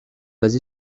basé